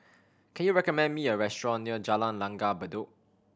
can you recommend me a restaurant near Jalan Langgar Bedok